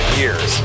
years